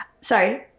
sorry